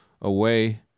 away